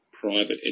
private